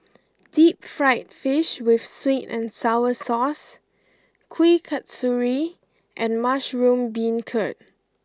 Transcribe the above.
Deep Fried Fish with Sweet and Sour Sauce Kuih Kasturi and Mushroom Beancurd